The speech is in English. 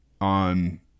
on